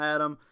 Adam